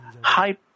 high